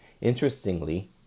Interestingly